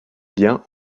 liens